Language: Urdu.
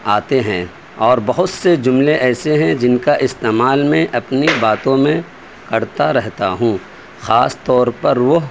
آتے ہیں اور بہت سے جملے ایسے ہیں جن کا استعمال میں اپنی باتوں میں کرتا رہتا ہوں خاص طور پر وہ